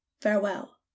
farewell